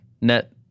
net